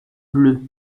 bleues